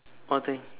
what thing